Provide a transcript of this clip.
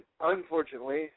Unfortunately